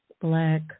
Black